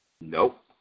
Nope